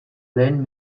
lehen